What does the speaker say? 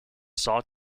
saw